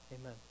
Amen